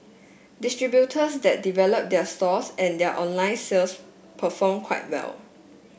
distributors that develop their stores and their online sales perform quite well